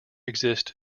exist